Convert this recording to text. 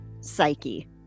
Psyche